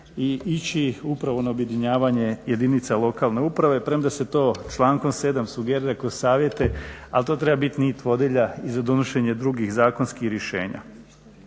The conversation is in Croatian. i ići upravo na objedinjavanje jedinica lokalne uprave premda se to člankom 7. sugerira kroz Savjete, ali to treba biti nit vodilja i za donošenje drugih zakonskih rješenja.